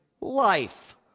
Life